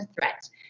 threats